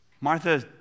Martha